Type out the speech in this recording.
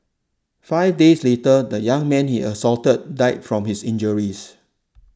five days later the young man he assaulted died from his injuries